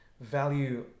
value